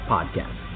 Podcast